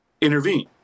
intervene